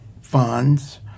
funds